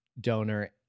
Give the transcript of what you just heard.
donor